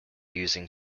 using